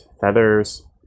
feathers